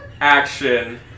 action